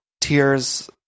Tears